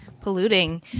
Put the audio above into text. polluting